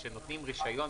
כשנותנים רישיון,